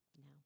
No